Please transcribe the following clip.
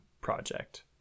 project